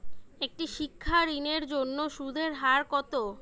একটি শিক্ষা ঋণের জন্য সুদের হার কত?